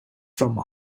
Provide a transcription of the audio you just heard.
from